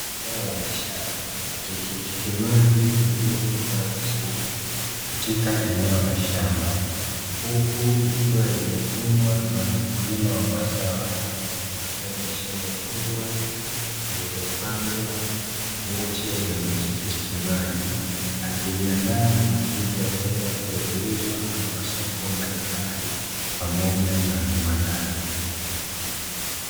Zao la biashara, tikitimaji lililokomaa vizuri katika eneo la shamba, huku likiwa limevunwa na mkulima wa mazao, hayo ndani ya shamba kubwa lililopadwa miche ya matikitimaji, akiliandaa kwaajili ya kwenda kuliuza kwenye masoko mbalimbali pamoja na viwandani.